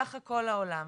ככה כל העולם.